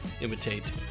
imitate